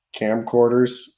camcorders